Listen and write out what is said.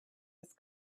just